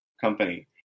company